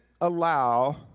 allow